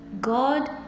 God